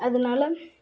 அதனால்